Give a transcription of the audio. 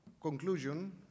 conclusion